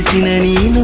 many